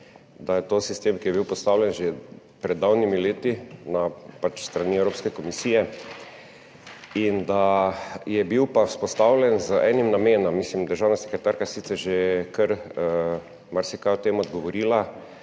da je to sistem, ki je bil postavljen že pred davnimi leti s strani Evropske komisije, in da je bil pa vzpostavljen z enim namenom. Državna sekretarka je sicer že kar marsikaj o tem odgovorila,